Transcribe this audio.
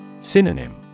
Synonym